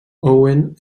owen